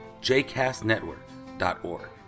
jcastnetwork.org